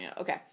Okay